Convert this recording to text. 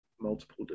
multiple